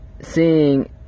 seeing